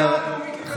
ההסתה נובעת מכם.